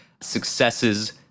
successes